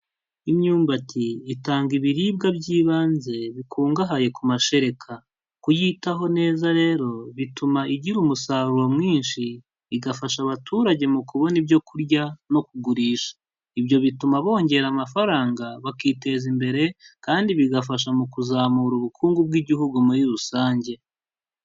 Imyumbati itanga ibiribwa by'ibanze bikungahaye ku mashereka, kuyitaho neza rero bituma igira umusaruro mwinshi, igafasha abaturage mu kubona ibyo kurya no kugurisha, ibyo bituma bongera amafaranga bakiteza imbere kandi bigafasha mu kuzamura ubukungu bw'igihugu muri rusange.